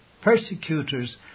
persecutors